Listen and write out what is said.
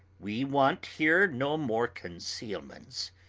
we want here no more concealments.